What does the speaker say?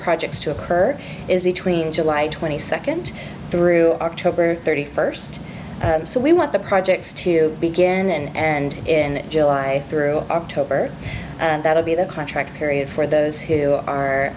projects to occur is between july twenty second through october thirty first so we want the projects to begin and in july through october and that will be the contract period for those who are